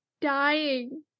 dying